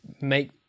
make